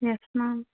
yes ma'am